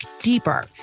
deeper